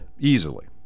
Easily